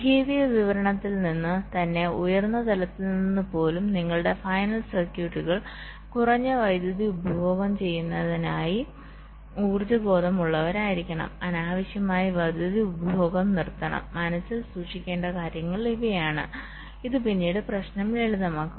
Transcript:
behaviour വിവരണത്തിൽ നിന്ന് തന്നെ ഉയർന്ന തലത്തിൽ നിന്ന് പോലും നിങ്ങളുടെ ഫൈനൽ സർക്യൂട്ടുകൾ കുറഞ്ഞ വൈദ്യുതി ഉപഭോഗം ചെയ്യുന്നതിനായി ഊർജ്ജ ബോധമുള്ളവരായിരിക്കണം അനാവശ്യമായി വൈദ്യുതി ഉപഭോഗം നിർത്തണം മനസ്സിൽ സൂക്ഷിക്കേണ്ട കാര്യങ്ങൾ ഇവയാണ് ഇത് പിന്നീട് പ്രശ്നം ലളിതമാക്കും